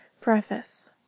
Preface